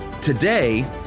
today